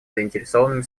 заинтересованными